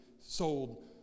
sold